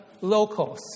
locals